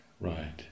Right